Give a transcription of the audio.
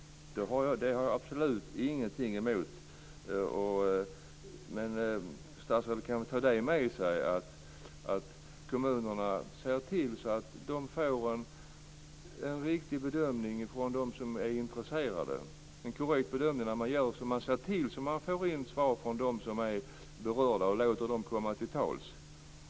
Statsrådet kan väl ta med sig en möjlighet för kommunerna att göra en riktig bedömning av dem som är intresserade. De som är berörda skall få komma till tals.